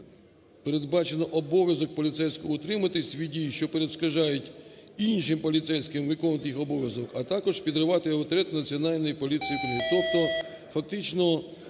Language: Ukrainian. передбачено обов'язок поліцейського – утримуватись від дій, що перешкоджають іншим поліцейським виконувати їх обов'язок, а також підривати авторитет Національної поліції